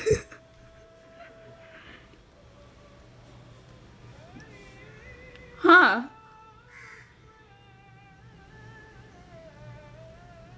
!huh!